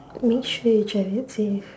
make sure you drive it safe